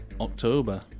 October